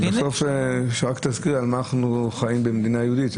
בסוף תזכיר על מה אנחנו חיים במדינה היהודית.